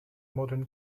modern